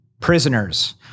Prisoners